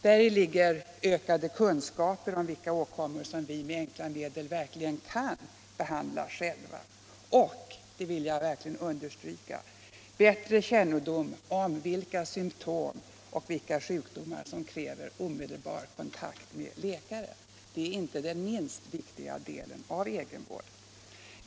Däri ligger ökade kunskaper om vilka åkommor vi med enkla medel kan behandla själva och — detta vill jag särskilt understryka — bättre kännedom om vilka symtom och sjukdomar som kräver omedelbar kontakt med läkare. Det senare är den inte minst viktiga delen av egenvården.